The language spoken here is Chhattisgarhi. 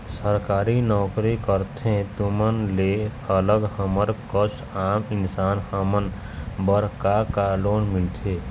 सरकारी नोकरी करथे तुमन ले अलग हमर कस आम इंसान हमन बर का का लोन मिलथे?